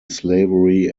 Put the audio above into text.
slavery